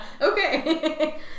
Okay